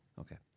Okay